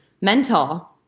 mental